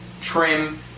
trim